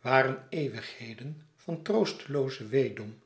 waren eeuwigheden van troosteloozen weedom